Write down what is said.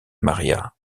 maria